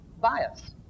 bias